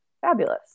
fabulous